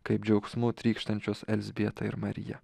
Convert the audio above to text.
kaip džiaugsmu trykštančios elzbieta ir marija